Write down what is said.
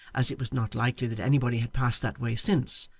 as it was not likely that anybody had passed that way since,